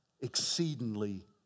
exceedingly